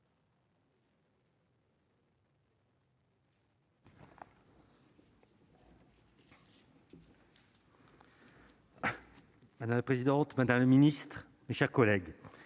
Madame la présidente, Madame le Ministre, mes chers collègues,